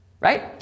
right